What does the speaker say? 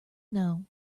know